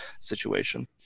situation